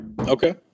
Okay